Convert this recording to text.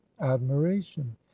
admiration